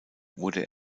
wurde